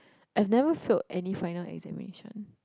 I've never failed any final examination